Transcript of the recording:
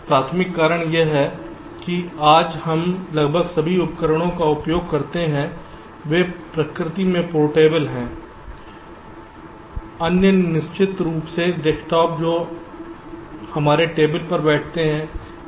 प्राथमिक कारण यह है कि आज हम लगभग सभी उपकरणों का उपयोग करते हैं वे प्रकृति में पोर्टेबल हैं अन्य निश्चित रूप से डेस्कटॉप जो हमारे टेबल पर बैठते हैं